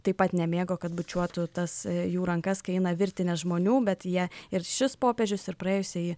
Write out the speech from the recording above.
taip pat nemėgo kad bučiuotų tas jų rankas kai eina virtinė žmonių bet jie ir šis popiežius ir praėjusieji